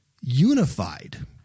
unified